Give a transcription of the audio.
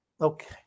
Okay